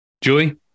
Julie